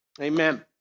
Amen